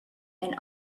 and